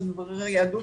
של מבררי היהדות,